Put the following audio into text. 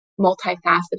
multifaceted